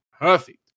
Perfect